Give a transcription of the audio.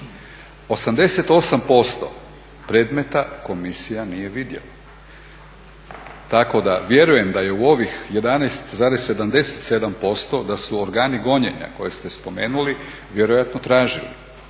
88% predmeta komisija nije vidjela. Tako da vjerujem da je u ovih 11,77% da su organi gonjenja koje ste spomenuli vjerojatno tražili,